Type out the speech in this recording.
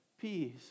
peace